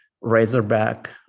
razorback